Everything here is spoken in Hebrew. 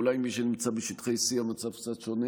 אולי למי שנמצא בשטחי C המצב קצת שונה,